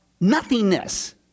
nothingness